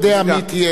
ולכן אני אומר,